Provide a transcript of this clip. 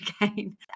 again